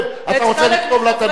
אתה רוצה לכתוב לה את הנאום?